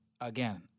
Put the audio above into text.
again